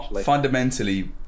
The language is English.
fundamentally